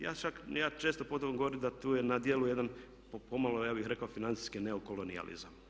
Ja čak, ja često puta vam govorim da tu je na djelu jedan pomalo, ja bih rekao financijskih neokolonijalizam.